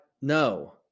No